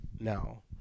now